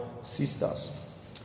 Sisters